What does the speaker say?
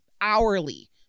Hourly